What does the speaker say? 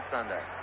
Sunday